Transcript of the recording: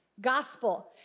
Gospel